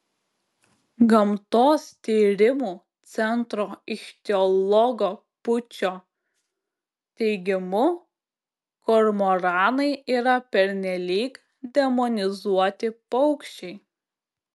gamtos tyrimų centro ichtiologo pūčio teigimu kormoranai yra pernelyg demonizuoti paukščiai